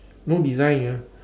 no design ah